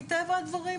מטבע הדברים,